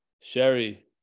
sherry